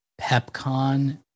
PepCon